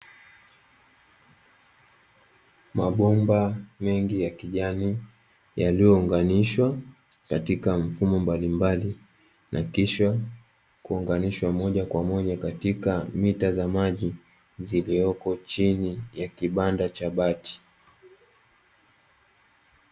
Mabomba mengi ya kijani yaliyounganishwa katika mfumo mbalimbali, na kisha kuunganishwa moja kwa moja katika mita ya maji, iliyoko chini ya kibanda cha bati.